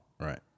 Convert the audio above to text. Right